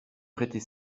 prêter